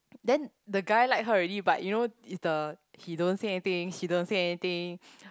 then the guy like her already but you know is the he don't say anything she don't say anything